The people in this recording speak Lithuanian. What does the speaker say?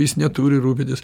jis neturi rūpintis